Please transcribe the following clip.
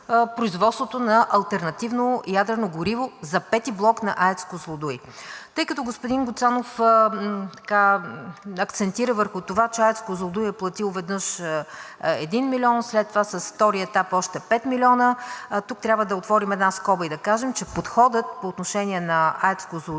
производството на алтернативно ядрено гориво за V блок на АЕЦ „Козлодуй“. Тъй като господин Гуцанов акцентира върху това, че АЕЦ „Козлодуй“ е платил веднъж 1 милион, след това с втория етап – още 5 милиона. Тук трябва да отворим една скоба и да кажем, че подходът по отношение на АЕЦ „Козлодуй“